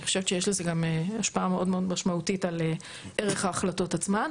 אני חושבת שיש לזה גם השפעה מאוד משמעותית על ערך ההחלטות עצמן.